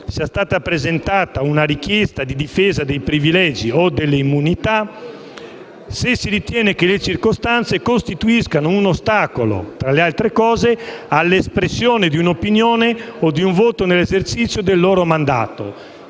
sia stata presentata una richiesta di difesa dei privilegi o delle immunità se si ritiene che le circostanze costituiscano, tra le altre cose, un ostacolo all'espressione di un'opinione o di un voto nell'esercizio del mandato.